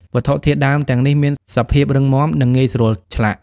វត្ថុធាតុដើមទាំងនេះមានសភាពរឹងមាំ និងងាយស្រួលឆ្លាក់។